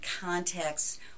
context